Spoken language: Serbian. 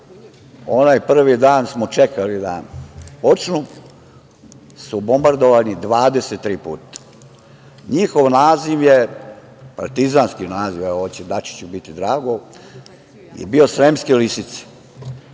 onaj prvi dan smo čekali da počnu, su bombardovani 23 puta. Njihov naziv je, partizanski naziv, Dačiću će biti drago, sremske lisice.